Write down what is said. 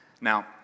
Now